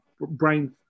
brain